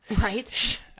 right